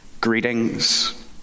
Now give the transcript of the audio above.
greetings